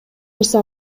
нерсе